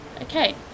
Okay